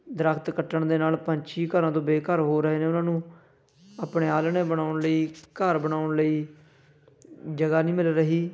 ਦਰੱਖਤ ਕੱਟਣ ਦੇ ਨਾਲ ਪੰਛੀ ਘਰਾਂ ਤੋਂ ਬੇਘਰ ਹੋ ਰਹੇ ਨੇ ਉਹਨਾਂ ਨੂੰ ਆਪਣੇ ਆਲ੍ਹਣੇ ਬਣਾਉਣ ਲਈ ਘਰ ਬਣਾਉਣ ਲਈ ਜਗ੍ਹਾ ਨਹੀਂ ਮਿਲ ਰਹੀ